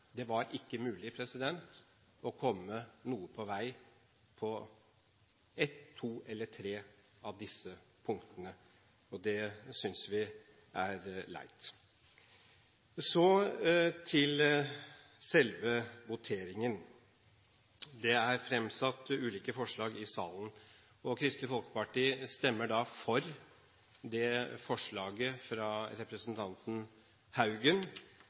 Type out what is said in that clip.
Det var ikke mulig å komme noen vei på verken ett, to eller tre av disse punktene. Det synes vi er leit. Så til selve voteringen. Det er fremsatt ulike forslag i salen. Kristelig Folkeparti stemmer da for forslaget fra representanten Haugen